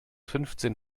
fünfzehn